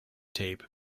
tape